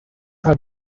are